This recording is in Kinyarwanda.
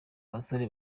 basore